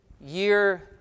year